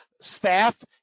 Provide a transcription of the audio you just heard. staff